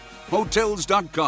Hotels.com